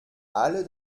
alle